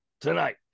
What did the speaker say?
tonight